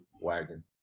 wagon